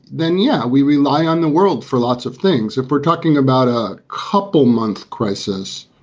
then yeah, we rely on the world for lots of things. if we're talking about a couple month crisis,